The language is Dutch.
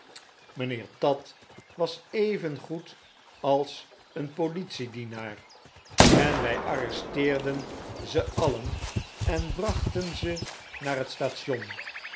mynheer tatt was evengoed als een politie dienaar en wy arresteerden ze alien en brachten ze naar het station